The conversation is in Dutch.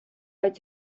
uit